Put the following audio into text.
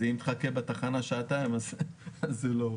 כי אם תחכה בתחנה שעתיים אז זה לא עובד.